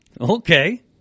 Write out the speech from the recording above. okay